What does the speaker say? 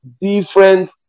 different